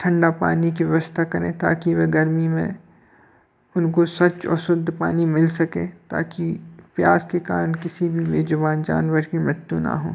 ठंडे पानी की व्यवस्था करें ताकि वे गर्मी में उनको स्वच्छ और शुद्ध पानी मिल सके ताकि प्यास के कारण किसी भी बेज़ुबान जानवर की मृत्यु ना हो